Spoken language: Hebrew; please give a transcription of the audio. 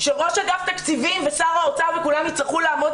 שראש אגף התקציבים ושר האוצר כולם יצטרכו לעמוד